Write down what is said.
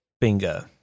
Bingo